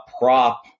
prop